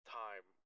time